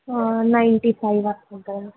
ninety five అలా ఉంటుంది